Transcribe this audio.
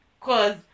Cause